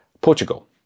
Portugal